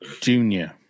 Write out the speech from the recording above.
Junior